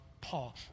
Paul